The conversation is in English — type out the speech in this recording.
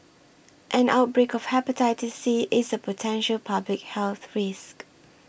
an outbreak of Hepatitis C is a potential public health risk